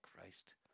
Christ